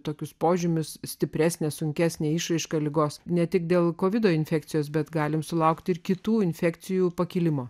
tokius požymius stipresne sunkesne išraiška ligos ne tik dėl kovido infekcijos bet galime sulaukti ir kitų infekcijų pakilimo